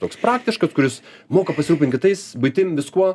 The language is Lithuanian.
toks praktiškas kuris moka pasirūpint kitais buitim viskuo